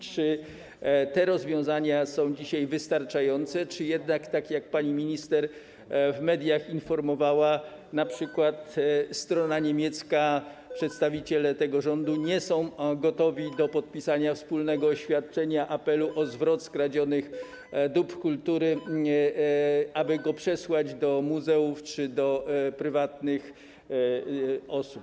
Czy te rozwiązania są dzisiaj wystarczające, czy jednak jest tak, jak pani minister informowała w mediach, że np. strona niemiecka, przedstawiciele tego rządu, nie są gotowi do podpisania wspólnego oświadczenia, apelu dotyczącego zwrotu skradzionych dóbr kultury po to, aby go przesłać do muzeów czy do prywatnych osób?